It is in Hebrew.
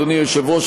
אדוני היושב-ראש,